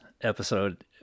episode